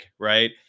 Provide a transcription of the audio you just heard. right